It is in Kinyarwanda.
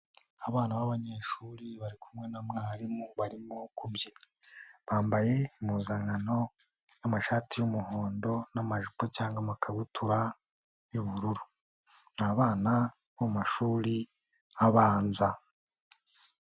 Abana b'abanyeshuri bari kumwe na mwarimu barimo kubyina, bambaye impuzankano z'amashati y'umuhondo n'amajipo cyangwa amakabutura y'ubururu, ni abana bo mu mashuri abanza.